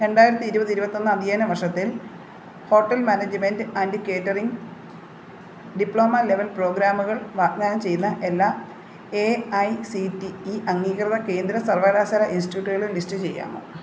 രണ്ടായിരത്തി ഇരുപത് ഇരുപത്തൊന്ന് അദ്ധ്യായന വർഷത്തിൽ hotel management and catering diploma level പ്രോഗ്രാമുകൾ വാഗ്ദാനം ചെയ്യുന്ന എല്ലാ A I C T E അംഗീകൃത കേന്ദ്ര സർവകലാശാല ഇൻസ്റ്റിറ്റ്യൂട്ടുകളും ലിസ്റ്റ് ചെയ്യാമോ